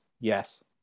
Yes